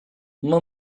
uma